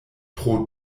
pro